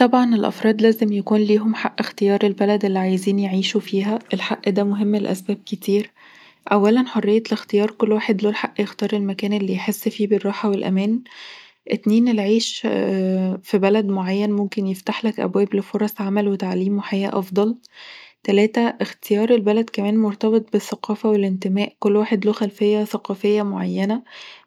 طبعًا، الأفراد لازم يكون ليهم حق اختيار البلد اللي عايزين يعيشوا فيها. الحق ده مهم لأسباب كتيرحرية الاختيار: كل واحد له الحق يختار المكان اللي يحس فيه بالراحة والأمان، اتنين العيش في بلد معين ممكن يفتح لك أبواب لفرص عمل وتعليم وحياة أفضل تلاتهاختيار البلد كمان مرتبط بالثقافة والانتماء. كل واحد له خلفية ثقافية معينة،